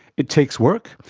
it takes work,